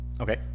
Okay